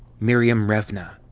miriam revna.